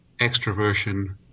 extroversion